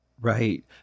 Right